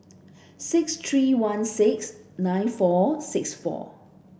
six three one six nine four six four